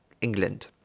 England